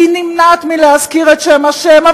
והיא נמנעת מלהזכיר את שם השם.